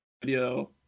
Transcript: video